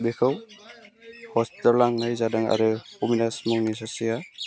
बेखौ हस्पिटालाव लांनाय जादों आरो अबिनास मुंनि सासेया